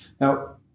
Now